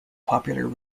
popular